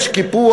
יש קיפוח,